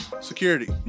security